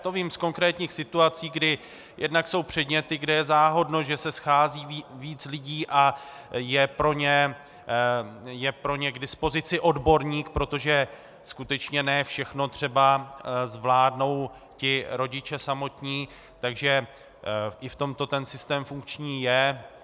To vím z konkrétních situací, kdy jednak jsou předměty, kde je záhodno, že se schází více lidí a je pro ně k dispozici odborník, protože skutečně ne všechno třeba zvládnou rodiče samotní, takže i v tomto ten systém funkční je.